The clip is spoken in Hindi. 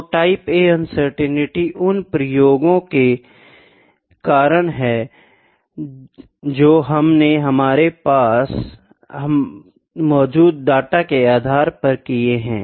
तो टाइप A अनसर्टेनिटी उन प्रयोगों के कारण है जो हमने हमारे पास मौजूद डेटा के आधार पर किये है